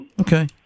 Okay